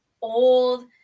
old